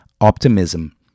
optimism